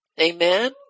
Amen